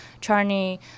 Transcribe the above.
Charney